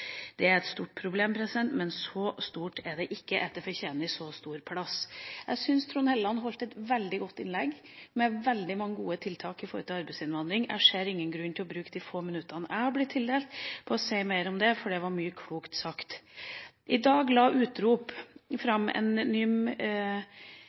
Det er et stort problem, men så stort er det ikke at det fortjener så stor plass. Jeg syns Trond Helleland holdt et veldig godt innlegg med veldig mange gode tiltak knyttet til arbeidsinnvandring. Jeg ser ingen grunn til å bruke de få minuttene jeg har blitt tildelt, på å si noe mer om det, for det var mye klokt som ble sagt. I dag la Utrop